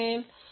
हे Vcb आहे